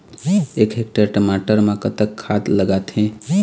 एक हेक्टेयर टमाटर म कतक खाद लागथे?